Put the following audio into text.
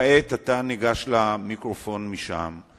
כעת אתה ניגש למיקרופון משם.